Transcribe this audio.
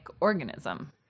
organism